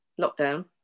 lockdown